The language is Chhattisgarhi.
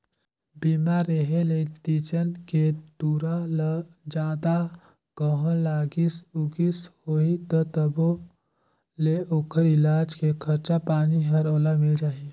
बीमा रेहे ले तीजन के टूरा ल जादा कहों लागिस उगिस होही न तभों ले ओखर इलाज के खरचा पानी हर ओला मिल जाही